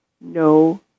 no